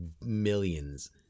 millions